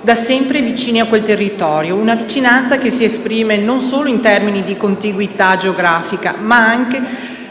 da sempre vicini a quel territorio; una vicinanza che si esprime non solo in termini di contiguità geografica, ma anche